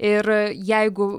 ir jeigu